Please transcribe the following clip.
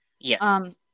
Yes